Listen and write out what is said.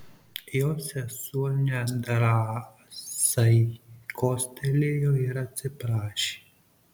jo sesuo nedrąsai kostelėjo ir atsiprašė